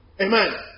Amen